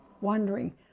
wondering